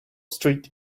street